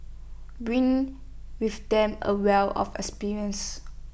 bring with them A wealth of experience